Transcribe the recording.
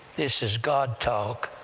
this is god talk.